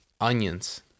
Onions